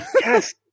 Yes